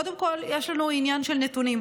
קודם כול, יש לנו עניין של נתונים.